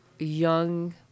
young